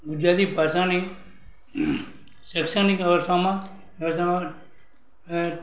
ગુજરાતી ભાષાની શૈક્ષણિક અવસ્થામાં અડચણો એ